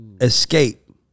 Escape